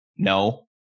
no